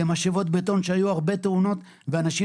למשאבות בטון שהיו הרבה תאונות ואנשים